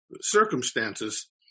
circumstances